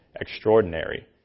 extraordinary